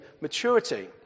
maturity